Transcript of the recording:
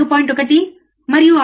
1 మరియు 6